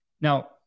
now